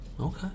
Okay